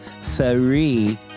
free